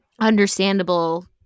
understandable